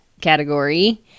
category